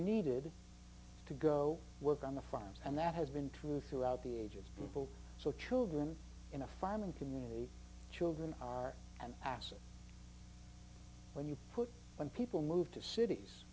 needed to go work on the farms and that has been true throughout the ages before so children in a farming community children are an asset when you put when people move to cities